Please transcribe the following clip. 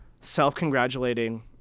self-congratulating